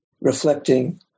reflecting